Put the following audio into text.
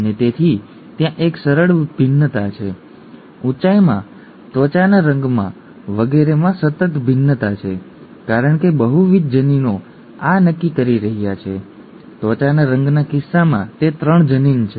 અને તેથી ત્યાં એક સરળ ભિન્નતા છે ઊંચાઈમાં ત્વચાના રંગમાં વગેરેમાં સતત ભિન્નતા છે કારણ કે બહુવિધ જનીનો આ નક્કી કરી રહ્યા છે ત્વચાના રંગના કિસ્સામાં તે 3 જનીન છે